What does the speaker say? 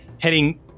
heading